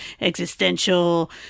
existential